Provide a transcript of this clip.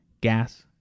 gas